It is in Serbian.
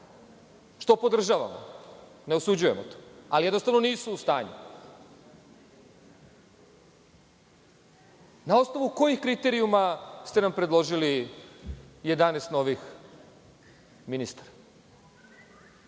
što podržavamo, ne osuđujemo to, ali jednostavno nisu u stanju. Na osnovu kojih kriterijuma ste nam predložili 11 novih ministara? Mislim